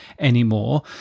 Anymore